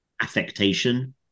affectation